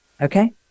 okay